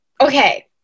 Okay